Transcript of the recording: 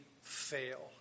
fail